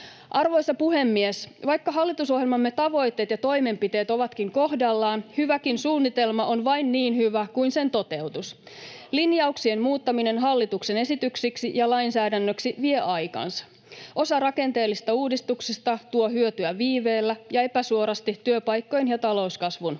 Arvoisa puhemies! Vaikka hallitusohjelmamme tavoitteet ja toimenpiteet ovatkin kohdallaan, hyväkin suunnitelma on vain niin hyvä kuin sen toteutus. [Sosiaalidemokraattisesta eduskuntaryhmästä: Ja rahat!] Linjauksien muuttaminen hallituksen esityksiksi ja lainsäädännöksi vie aikansa. Osa rakenteellisista uudistuksista tuo hyötyä viiveellä ja epäsuorasti työpaikkojen ja talouskasvun muodossa.